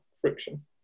friction